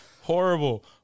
Horrible